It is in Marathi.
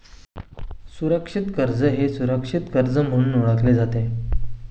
सुरक्षित कर्ज हे सुरक्षित कर्ज म्हणून ओळखले जाते